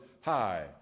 high